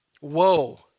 Woe